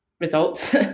results